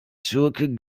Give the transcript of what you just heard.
schurke